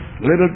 little